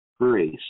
grace